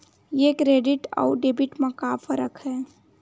ये क्रेडिट आऊ डेबिट मा का फरक है?